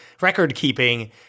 record-keeping